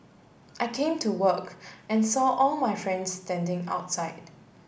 I came to work and saw all my friends standing outside